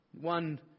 one